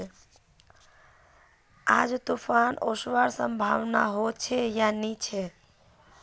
आज तूफ़ान ओसवार संभावना होचे या नी छे?